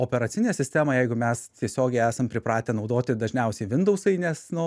operacinę sistemą jeigu mes tiesiogiai esam pripratę naudoti dažniausiai windausai nes nu